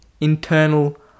internal